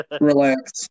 Relax